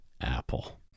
apple